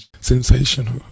sensational